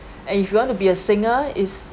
and if you want to be a singer is